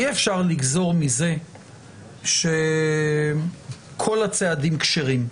אי אפשר לגזור מזה שכל הצעדים כשרים,